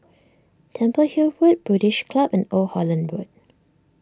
Temple Hill Road British Club and Old Holland Road